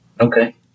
Okay